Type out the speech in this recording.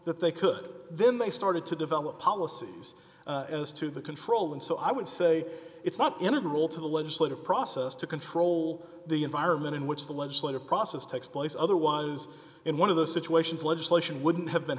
that they could then they started to develop policies as to the control and so i would say it's not integral to the legislative process to control the environment in which the legislative process takes place otherwise in one of those situations legislation wouldn't have been